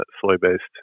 soy-based